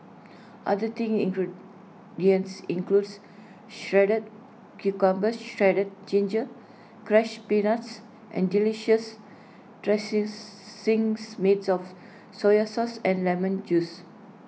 other thing ingredients includes shredded cucumber shredded ginger crushed peanuts and delicious made of soy sauce and lemon juice